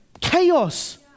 chaos